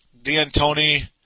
D'Antoni